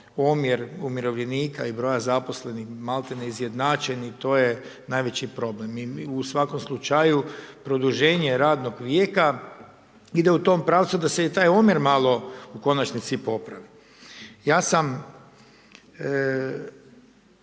omjer umirovljenika i broja zaposlenih malti ne izjednačeni, to je najveći problem, u svakom slučaju produženje radnog vijeka ide u tom pravcu da se i taj omjer malo u konačnici popravi. Ja sam